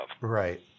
Right